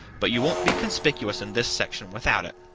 but you won't be conspicuous in this section without it.